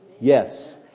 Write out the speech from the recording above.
Yes